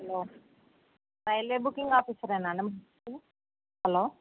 hello railway booking ఆఫీసరేనా అండి మాట్లాడేది హలో